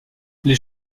les